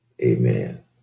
Amen